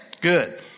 Good